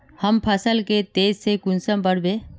हम फसल के तेज से कुंसम बढ़बे?